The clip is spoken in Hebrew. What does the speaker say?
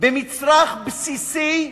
במצרך בסיסי,